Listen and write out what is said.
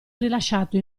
rilasciato